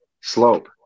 slope